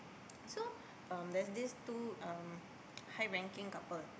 so um there's this two um high ranking couple